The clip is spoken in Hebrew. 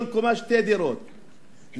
כל קומה שתי דירות להשכרה,